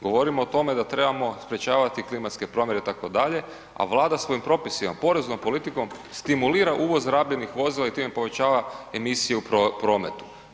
Govorimo o tome da trebamo sprječavati klimatske promjene itd., a Vlada svojim propisima, poreznom politikom stimulira uvoz rabljenih vozila i time povećava emisije u prometu.